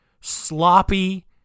sloppy